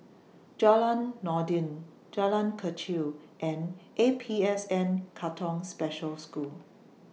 Jalan Noordin Jalan Kechil and A P S N Katong Special School